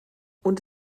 und